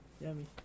Yummy